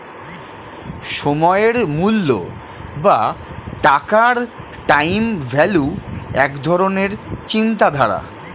সময়ের মূল্য বা টাকার টাইম ভ্যালু এক ধরণের চিন্তাধারা